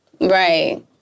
Right